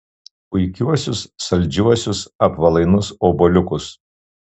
puikiuosius saldžiuosius apvalainus obuoliukus